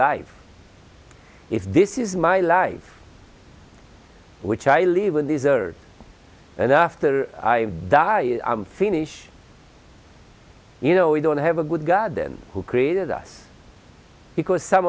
life if this is my life which i leave in this earth and after i die and i finish you know we don't have a good god then who created us because some